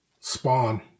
Spawn